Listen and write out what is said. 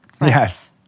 Yes